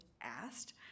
asked